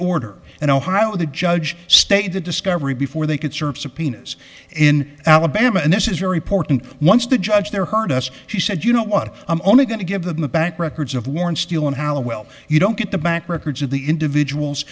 order and ohio the judge stated the discovery before they could serve subpoenas in alabama and this is very important once the judge there heard us she said you know what i'm only going to give the bank records of warren steel and how well you don't get the back records of the individuals